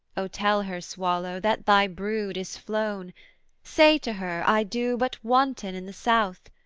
o tell her, swallow, that thy brood is flown say to her, i do but wanton in the south,